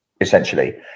essentially